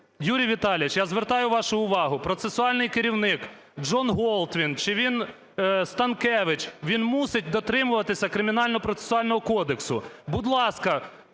Юрій Віталійович, я звертаю вашу увагу, процесуальний керівник, Джон Голт він чи він Станкевич, він мусить дотримуватися Кримінально-процесуального кодексу. Будь ласка,